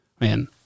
Man